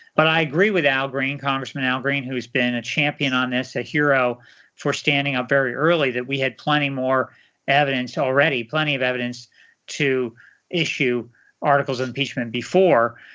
but i agree with al green, congressman al green, who has been a champion on this a hero for standing up very early that we had plenty more evidence already, plenty of evidence to issue articles of impeachment before.